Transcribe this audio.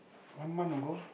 one month ago